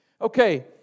Okay